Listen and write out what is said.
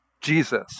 Jesus